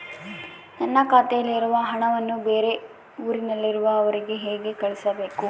ನನ್ನ ಖಾತೆಯಲ್ಲಿರುವ ಹಣವನ್ನು ಬೇರೆ ಊರಿನಲ್ಲಿರುವ ಅವರಿಗೆ ಹೇಗೆ ಕಳಿಸಬೇಕು?